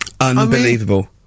Unbelievable